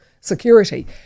security